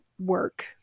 work